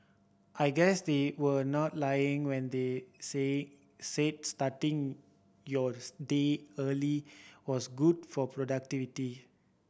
I guess they were not lying when they say said starting yours day early was good for productivity